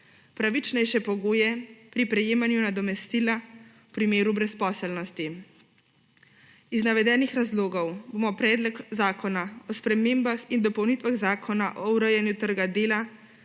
pravičnejše pogoje pri prejemanju nadomestila v primeru brezposelnosti. Iz navedenih razlogov bomo Predlog zakona o spremembah in dopolnitvah Zakona o urejanju trga dela